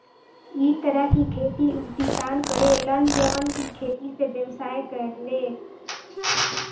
इ तरह के खेती उ किसान करे लन जवन की खेती से व्यवसाय करेले